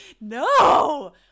No